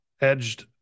edged